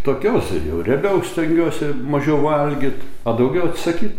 tokiose jau riebiau stengiuosi mažiau valgyt o daugiau atsisakyt